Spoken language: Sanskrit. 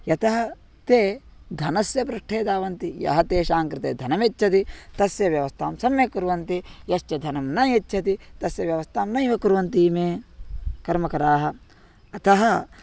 यतः ते धनस्य पृष्ठे धावन्ति यः तेषां कृते धनं यच्छति तस्य व्यवस्था सम्यक् कुर्वन्ति यश्च धनं न यच्छति तस्य व्यवस्था नैव कुर्वन्ति इमे कर्मकराः अतः